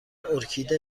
ارکیده